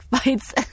fights